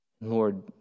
Lord